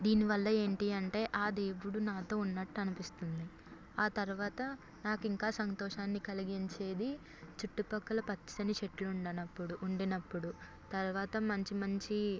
దీని వల్ల ఏంటి అంటే ఆ దేవుడు నాతో ఉన్నట్టు అనిపిస్తుంది ఆ తర్వాత నాకు ఇంకా సంతోషాన్ని కలిగించేది చుట్టుపక్కల పచ్చని చెట్లు ఉండినప్పుడు ఉండినప్పుడు తర్వాత మంచి మంచి